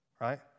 right